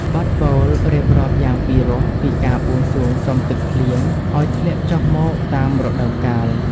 បទពោលរៀបរាប់យ៉ាងពិរោះពីការបួងសួងសុំទឹកភ្លៀងឱ្យធ្លាក់ចុះមកតាមរដូវកាល។